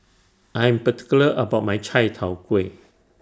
I Am particular about My Chai Tow Kuay